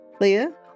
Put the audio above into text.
Leah